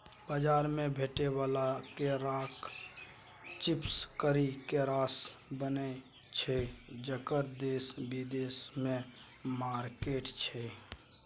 बजार मे भेटै बला केराक चिप्स करी केरासँ बनय छै जकर देश बिदेशमे मार्केट छै